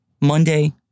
Monday